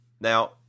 Now